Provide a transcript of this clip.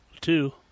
two